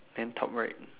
then top right